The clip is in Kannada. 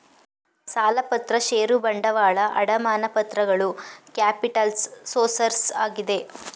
ಸಾಲಪತ್ರ ಷೇರು ಬಂಡವಾಳ, ಅಡಮಾನ ಪತ್ರಗಳು ಕ್ಯಾಪಿಟಲ್ಸ್ ಸೋರ್ಸಸ್ ಆಗಿದೆ